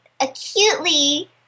acutely